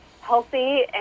healthy